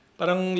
parang